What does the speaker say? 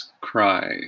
cry